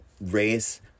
race